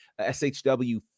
SHW